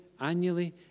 annually